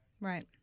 Right